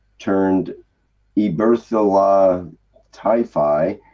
termed eberthella typhi,